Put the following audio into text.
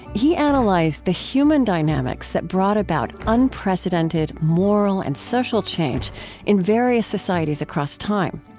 he analyzed the human dynamics that brought about unprecedented moral and social change in various societies across time.